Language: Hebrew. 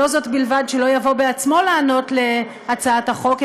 שלא זאת בלבד שלא יבוא בעצמו להשיב על הצעת החוק,